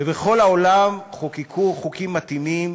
ובכל העולם חוקקו חוקים מתאימים